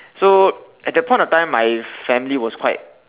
so at that point of time my family was quite